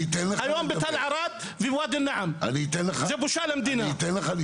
זו בושה למדינה.